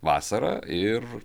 vasarą ir